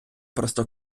просто